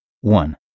One